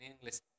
English